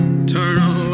eternal